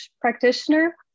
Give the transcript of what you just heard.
Practitioner